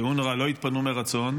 שאונר"א לא יתפנו מרצון,